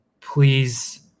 please